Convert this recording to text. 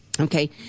Okay